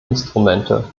instrumente